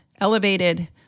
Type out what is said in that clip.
elevated